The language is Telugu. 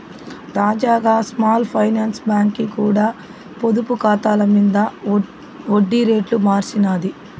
తాజాగా స్మాల్ ఫైనాన్స్ బాంకీ కూడా పొదుపు కాతాల మింద ఒడ్డి రేట్లు మార్సినాది